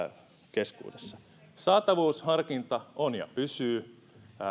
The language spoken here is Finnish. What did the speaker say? keskuudessa saatavuusharkinta on ja pysyy